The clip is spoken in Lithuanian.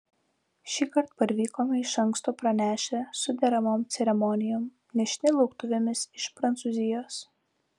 šįkart parvykome iš anksto pranešę su deramom ceremonijom nešini lauktuvėmis iš prancūzijos